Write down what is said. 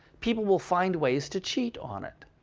people will find ways to cheat on it.